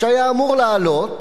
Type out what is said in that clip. שהיה אמור לעלות,